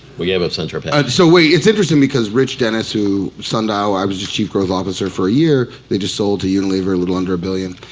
we have a saint-tropez. so wait, it's interesting because rich dennis who sundial, i was his chief growth officer for a year, they just sold to unilever a little under a billion.